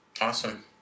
Awesome